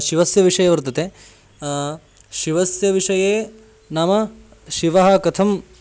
शिवस्य विषये वर्तते शिवस्य विषये नाम शिवः कथं